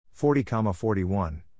40,41